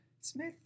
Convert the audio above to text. Smith